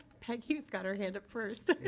peggy's got her hand up first.